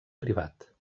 privat